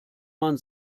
man